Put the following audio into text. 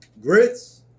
grits